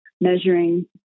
measuring